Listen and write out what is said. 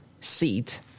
seat